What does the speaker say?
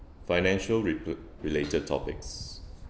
financial re~ related topics